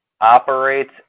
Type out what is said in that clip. operates